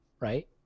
Right